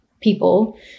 people